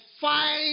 fine